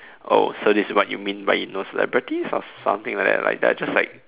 oh so this is what you mean by you know celebrities or something like that like they're just like